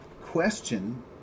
question